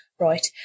right